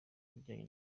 bijyanye